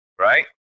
right